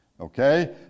Okay